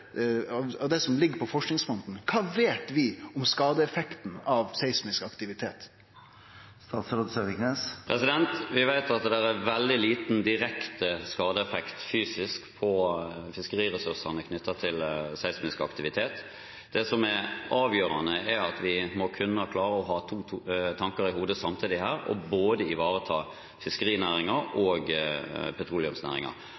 det som ligg på forskingsfronten, kva veit vi om skadeeffekten av seismisk aktivitet? Vi vet at det er veldig liten direkte skadeeffekt fysisk på fiskeriressursene, knyttet til seismisk aktivitet. Det som er avgjørende, er at vi må kunne klare å ha to tanker i hodet samtidig her, å ivareta både